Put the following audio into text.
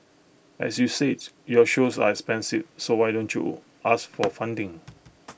as you says your shows are expensive so why don't you ask for funding